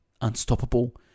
unstoppable